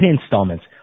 installments